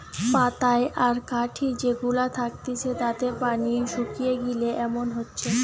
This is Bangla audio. পাতায় আর কাঠি যে গুলা থাকতিছে তাতে পানি শুকিয়ে গিলে এমন হচ্ছে